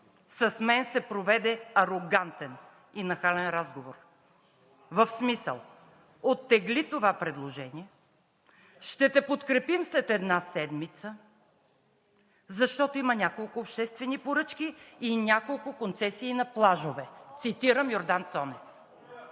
с мен се проведе арогантен и нахален разговор в смисъл: оттегли това предложение, ще те подкрепим след една седмица, защото има няколко обществени поръчки и няколко концесии на плажове. Цитирам Йордан Цонев.